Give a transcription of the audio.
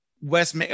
West